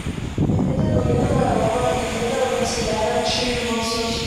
edita gulėdama lovoje girdėdavo besiderančiųjų balsus